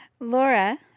Laura